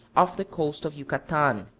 off the coast of yucatan.